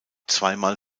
zweimal